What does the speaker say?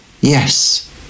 yes